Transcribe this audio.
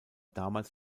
damals